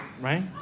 right